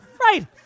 Right